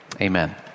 Amen